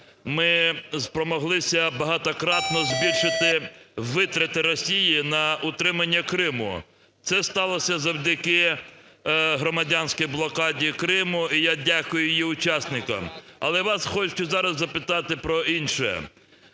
ми спромоглися багатократно збільшити витрати Росії на утримання Криму. Це сталося завдяки громадянській блокаді Криму, і я дякую її учасникам. Але вас хочу зараз запитати про інше.